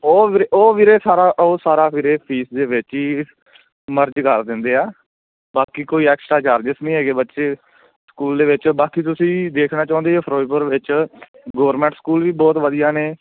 ਉਹ ਵੀਰੇ ਉਹ ਵੀਰੇ ਸਾਰਾ ਉਹ ਸਾਰਾ ਵੀਰੇ ਫੀਸ ਦੇ ਵਿੱਚ ਹੀ ਮਰਜ ਕਰ ਦਿੰਦੇ ਆ ਬਾਕੀ ਕੋਈ ਐਕਸਟਰਾ ਚਾਰਜਸ ਨਹੀਂ ਹੈਗੇ ਬੱਚੇ ਸਕੂਲ ਦੇ ਵਿੱਚ ਬਾਕੀ ਤੁਸੀਂ ਦੇਖਣਾ ਚਾਹੁੰਦੇ ਹੋ ਫਿਰੋਜ਼ਪੁਰ ਵਿੱਚ ਗੋਰਮੈਂਟ ਸਕੂਲ ਵੀ ਬਹੁਤ ਵਧੀਆ ਨੇ